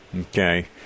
Okay